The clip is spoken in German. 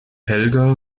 helga